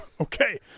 Okay